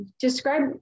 describe